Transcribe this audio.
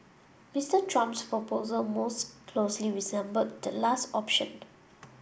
Mister Trump's proposal most closely resembled the last option